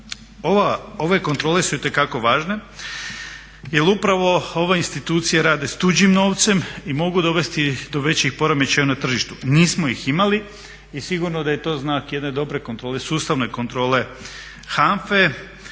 ove kontrole su itekako važne jer upravo ove institucije rade s tuđim novcem i mogu dovesti do većih poremećaja na tržištu. Nismo ih imali i sigurno da je to znak jedne dobre kontrole, sustavne kontrole HANFA-e.